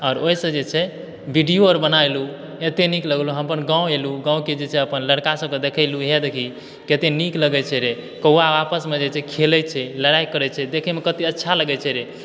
आओर ओइसऽ जे छै वीडीओ आर बनायलूँ एते नीक लगल हम अपन गाँव एलूँ गाँवके जे छै अपन लड़का सबके देखयलूँ हे देखही केते नीक लगै छै रे कौआ आपसमऽ जे छै खेलै छै लड़ाइ करै छै देखैमे कते अच्छा लगै छै रे